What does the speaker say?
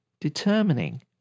determining